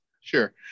Sure